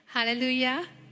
Hallelujah